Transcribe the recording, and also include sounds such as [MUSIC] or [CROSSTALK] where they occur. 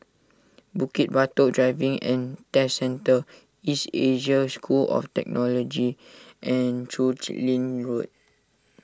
Bukit Batok Driving and Test Centre East Asia School of theology and Chu [UNINTELLIGIBLE] Lin Road